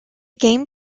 game